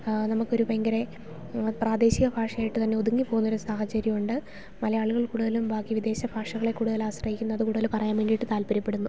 നമുക്കൊരു ഭയങ്കര പ്രാദേശിക ഭാഷയായിട്ട് തന്നെ ഒതുങ്ങി പോകുന്നൊരു സാഹചര്യം ഉണ്ട് മലയാളികൾ കൂടുതലും ബാക്കി വിദേശ ഭാഷകളെ കൂടുതൽ ആശ്രയിക്കുന്നത് കൂടുതൽ പറയാൻ വേണ്ടിയിട്ട് താല്പര്യപ്പെടുന്നു